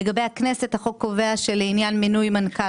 לגבי הכנסת החוק קובע שלעניין מינוי מנכ"ל